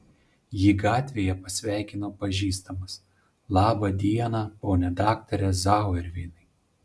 jį gatvėje pasveikino pažįstamas labą dieną pone daktare zauerveinai